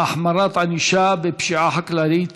החמרת ענישה בפשיעה חקלאית),